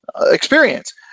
experience